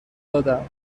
دادم